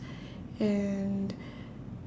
and